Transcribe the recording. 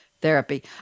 therapy